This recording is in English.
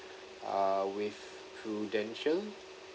uh with Prudential